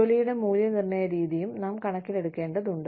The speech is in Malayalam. ജോലിയുടെ മൂല്യനിർണ്ണയ രീതിയും നാം കണക്കിലെടുക്കേണ്ടതുണ്ട്